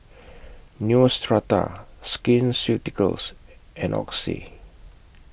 Neostrata Skin Ceuticals and Oxy